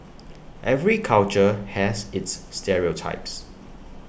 every culture has its stereotypes